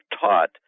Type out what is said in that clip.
taught